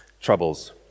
troubles